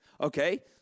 Okay